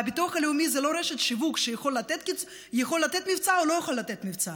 והביטוח הלאומי זה לא רשת שיווק שיכול לתת מבצע או יכול לא לתת מבצע.